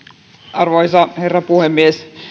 arvoisa herra puhemies